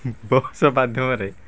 bus ମାଧ୍ୟମରେ